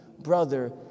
brother